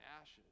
ashes